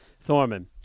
Thorman